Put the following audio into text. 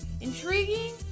Intriguing